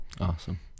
Awesome